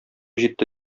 җитте